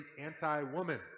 anti-woman